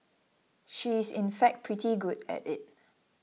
she is in fact pretty good at it